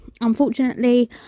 Unfortunately